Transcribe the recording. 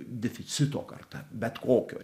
deficito karta bet kokio